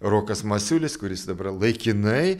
rokas masiulis kuris dabar laikinai